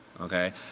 Okay